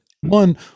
One